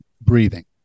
breathing